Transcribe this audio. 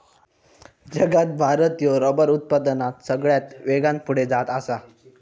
जगात भारत ह्यो रबर उत्पादनात सगळ्यात वेगान पुढे जात आसा